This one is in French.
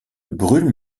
brûle